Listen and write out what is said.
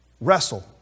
wrestle